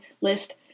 list